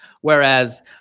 Whereas